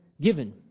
given